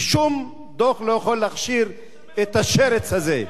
ושום דוח לא יכול להכשיר את השרץ הזה.